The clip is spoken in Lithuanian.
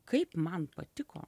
kaip man patiko